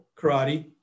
Karate